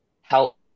help